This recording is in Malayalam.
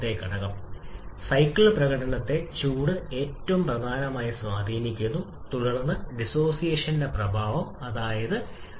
ചൂട് ചേർക്കൽ പ്രക്രിയയിൽ താപനില അതിവേഗം വർദ്ധിക്കുന്നു അതനുസരിച്ച് സിവി വർദ്ധിക്കുന്നു വളരെ വേഗത്തിലും